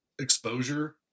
exposure